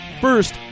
First